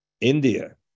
India